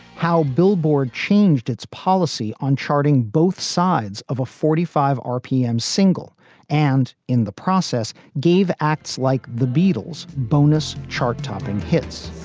how billboard changed its policy on charting both sides of a forty five p m. single and in the process gave acts like the beatles bonus chart topping hits